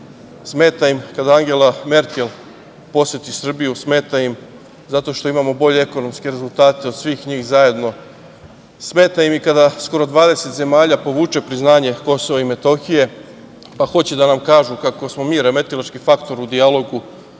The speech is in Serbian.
im kada Angela Merkel poseti Srbiju, smeta im zato što imamo bolje ekonomske rezultate od svih njih zajedno, smeta im i kada skoro 20 zemalja povuče priznanje KiM pa hoće da nam kažu kako smo mi remetilački faktor u dijalogu,